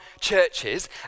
churches